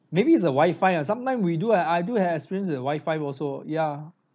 maybe it's a wifi ah sometime we do and I do have experience with wifi also ya